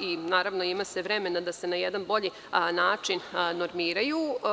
i naravno, ima se vremena da se na jedan bolji način normiraju.